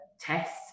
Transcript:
tests